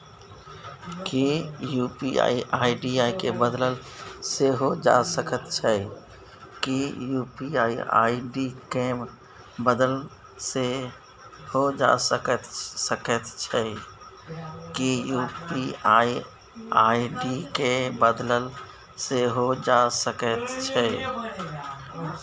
कि UPI ID केँ बदलल सेहो जा सकैत छै?